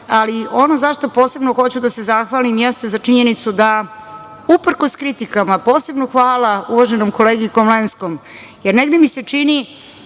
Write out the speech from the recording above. Ali, ono za šta posebno hoću da se zahvalim, jeste za činjenicu da uprkos kritikama, posebno hvala uvaženom kolegi Komlenskom, jer negde mi se čini